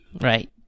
Right